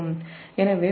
எனவே உங்கள் xeq 0